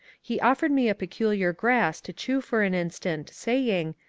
he offered me a peculiar grass to chew for an instant, saying,